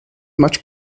much